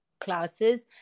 classes